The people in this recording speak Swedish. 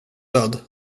död